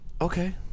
okay